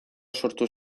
sortu